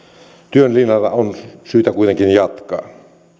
työn linjalla on syytä kuitenkin jatkaa